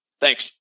Thanks